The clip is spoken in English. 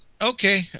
Okay